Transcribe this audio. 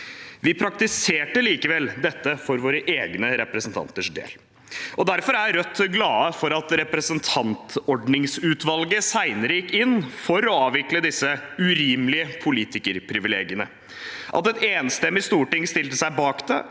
Vi praktiserte likevel dette for våre egne representanters del. Derfor er Rødt glad for at representantordningsutvalget senere gikk inn for å avvikle disse urimelige politikerprivilegiene, at et enstemmig storting stilte seg bak det,